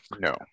no